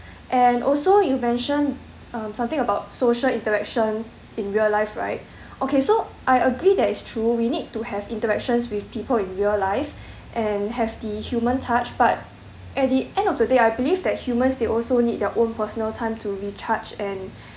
and also you mentioned um something about social interaction in real life right okay so I agree that it's true we need to have interactions with people in real life and have the human touch but at the end of the day I believe that humans they also need their own personal time to recharge and